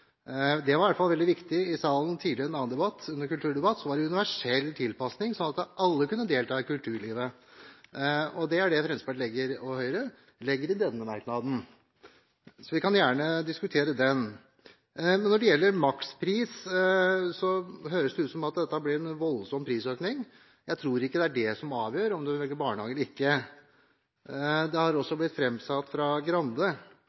Det var i hvert fall veldig viktig i salen tidligere – i en annen debatt, en kulturdebatt, var det snakk universell tilpasning, sånn at alle kunne delta i kulturlivet. Det er det Fremskrittspartiet og Høyre legger i denne merknaden, så vi kan gjerne diskutere den. Når det gjelder makspris, høres det ut som om det blir en voldsom prisøkning. Jeg tror ikke det er det som avgjør om en velger barnehage eller ikke. Det har blitt framsatt fra Grande